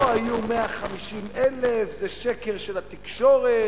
לא היו 150,000, זה שקר של התקשורת,